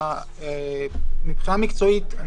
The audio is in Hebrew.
מבחינה מקצועית,